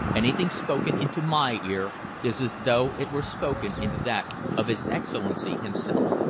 anything spoken into my ear is as though it were spoken into that of his excellency himself.